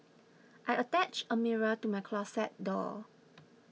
I attached a mirror to my closet door